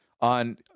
on